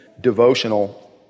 devotional